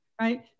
right